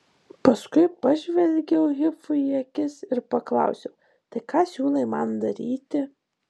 paskui pažvelgiau hifui į akis ir paklausiau tai ką siūlai man daryti